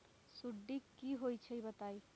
सुडी क होई छई बताई?